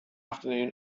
afternoon